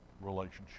relationship